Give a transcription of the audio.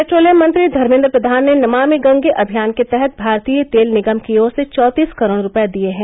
petroleum मंत्री धर्मेन्द्र प्रधान ने नमामि गंगे अभियान के तहत भारतीय तेल निगम की ओर से चैंतीस करोड़ रूपये दिये हैं